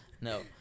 No